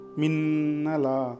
minala